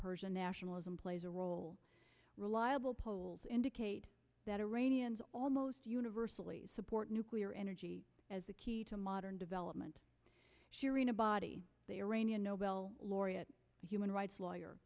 persian nationalism plays a role reliable polls indicate that iranians almost universally support nuclear energy as the key to modern development shirin ebadi the iranian nobel laureate human rights lawyer